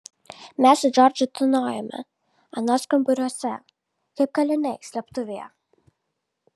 mes su džordžu tūnojome anos kambariuose kaip kaliniai slėptuvėje